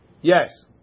Yes